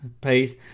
pace